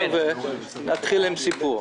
נתחיל בסיפור.